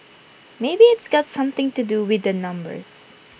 maybe it's got something to do with numbers